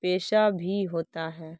پیشہ بھی ہوتا ہے